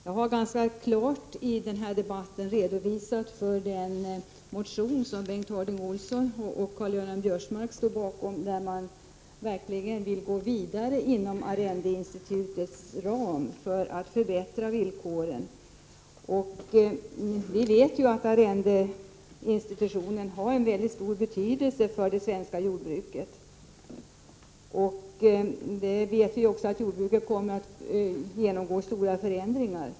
Jag har i denna debatt ganska klart redovisat för den motion som Bengt Harding Olson och Karl-Göran Biörsmark står bakom och i vilken man verkligen vill gå vidare inom arrendeinstitutets ram för att förbättra villkoren. Vi vet att arrendeinstitutionen har en väldigt stor betydelse för det svenska jordbruket. Vi vet också att jordbruket kommer att genomgå stora förändringar.